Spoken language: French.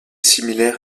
similaire